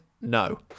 No